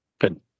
Good